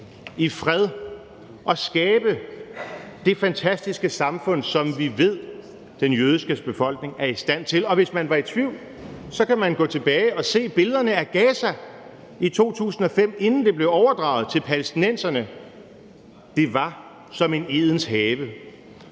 i fred og skabe det fantastiske samfund, som vi ved den jødiske befolkning er i stand til. Og hvis man var i tvivl, kan man gå tilbage og se billederne af Gaza i 2005, inden det blev overdraget til palæstinenserne. Det var som en Edens Have: